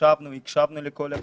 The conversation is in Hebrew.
ישבנו והקשבנו לכל הגופים.